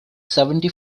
seventy